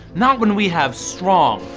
not when we have strong,